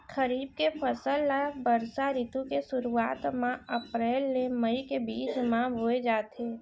खरीफ के फसल ला बरसा रितु के सुरुवात मा अप्रेल ले मई के बीच मा बोए जाथे